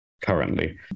currently